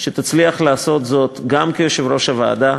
שתצליח לעשות זאת גם כיושב-ראש הוועדה,